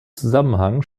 zusammenhang